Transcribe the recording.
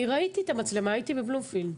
אני ראיתי את המצלמה, הייתי בבלומפילד.